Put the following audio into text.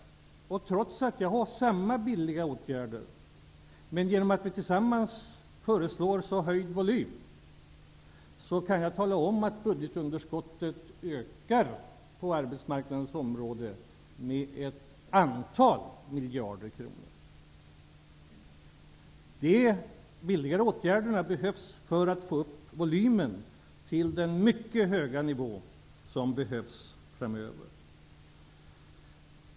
Trots att jag har samma billiga åtgärder, men eftersom vi tillsammans föreslår en så pass ökad volym, ökar budgetunderskottet på arbetsmarknadens område med ett antal miljarder kronor. De billiga åtgärderna behövs för att få upp volymen till den mycket höga nivå som behövs framöver.